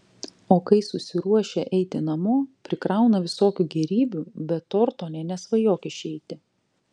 o kai susiruošia eiti namo prikrauna visokių gėrybių be torto nė nesvajok išeiti